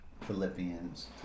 Philippians